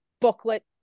booklet